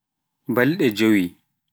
Balɗe jeewi.